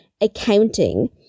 accounting